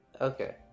Okay